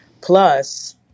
plus